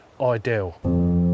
Ideal